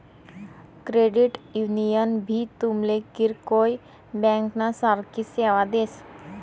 credit union भी तुमले किरकोय ब्यांकना सारखी सेवा देस